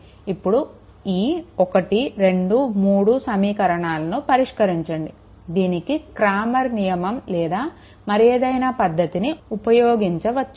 ఇప్పుడు ఈ 1 2 3 సమీకరణాలను పరిష్కరించండి దీనికి క్రామర్స్ నియమంcramer's rule లేదా మరేదైనా పద్ధతిని ఉపయోగించవచ్చు